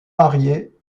mariés